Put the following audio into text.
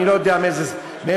אני לא יודע מאיזו מפלגה,